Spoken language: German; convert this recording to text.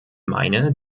meine